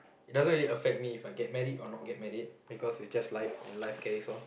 doesn't really affect me If I get married or not get married because it's just life and life carries on